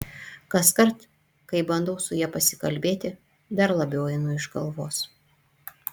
kaskart kai bandau su ja pasikalbėti dar labiau einu iš galvos